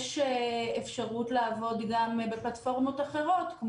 יש אפשרות לעבוד גם בפלטפורמות אחרות,